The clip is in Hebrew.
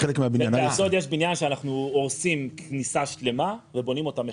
יש בניין שאנחנו הורסים כניסה שלמה ובונים אותה מחדש.